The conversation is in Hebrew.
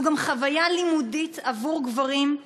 זו גם חוויה לימודית עבור גברים,